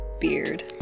Beard